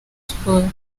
sports